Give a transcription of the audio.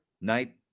night